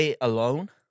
alone